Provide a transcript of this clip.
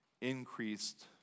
increased